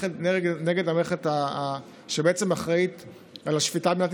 נגד המערכת שבעצם אחראית לשפיטה במדינת